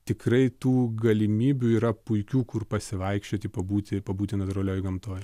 tikrai tų galimybių yra puikių kur pasivaikščioti pabūti pabūti natūralioj gamtoj